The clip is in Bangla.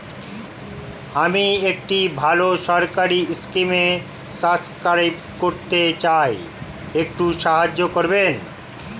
আমি একটি ভালো সরকারি স্কিমে সাব্সক্রাইব করতে চাই, একটু সাহায্য করবেন?